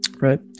right